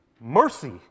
mercy